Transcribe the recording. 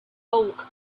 bulk